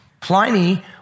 Pliny